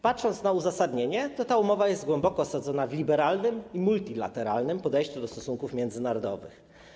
Patrząc na uzasadnienie, można stwierdzić, że ta umowa jest głęboko osadzona w liberalnym i multilateralnym podejściu do stosunków międzynarodowych.